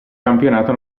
campionato